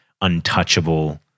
untouchable